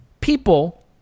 people